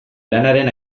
lanaren